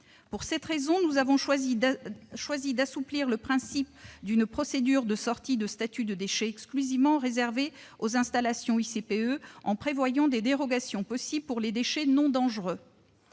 Pour cette raison, nous avons choisi d'assouplir le principe d'une procédure de sortie du statut de déchet exclusivement réservée aux installations de type ICPE, en prévoyant des dérogations possibles pour les déchets non dangereux.